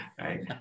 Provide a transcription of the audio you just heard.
Right